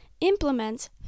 implement